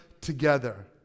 together